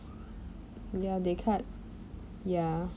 ya they cut ya